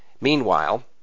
Meanwhile